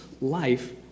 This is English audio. life